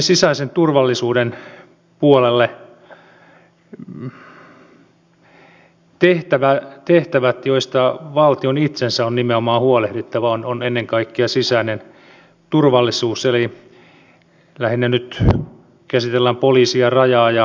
sisäisen turvallisuuden puolella tehtävä josta valtion itsensä on nimenomaan huolehdittava on ennen kaikkea sisäinen turvallisuus eli lähinnä nyt käsitellään poliisia rajaa ja tullia